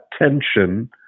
attention